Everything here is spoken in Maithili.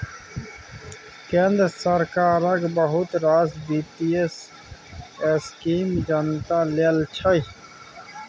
केंद्र सरकारक बहुत रास बित्तीय स्कीम जनता लेल छै